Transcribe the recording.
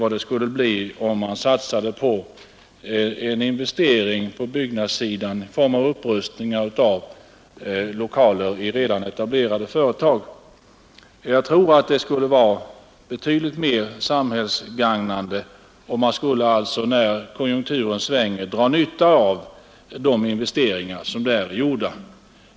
Det vore bättre om man satsade på investeringar på byggnadssidan och på upprustning av lokaler i redan etablerade företag. Jag tror att det skulle vara betydligt mer samhällsgagnande. Man skulle alltså, när konjunkturen svänger, dra nytta av de investeringar som där är gjorda.